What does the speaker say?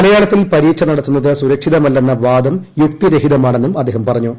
മലയാളത്തിൽ പരീക്ഷ നടത്തുന്നത് സുരക്ഷിതമല്ലെന്ന വാദം യുക്തി രഹിതമാണെന്നും അദ്ദേഹം പറഞ്ഞു